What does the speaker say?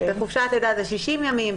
בחופשת לידה זה 60 ימים,